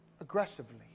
aggressively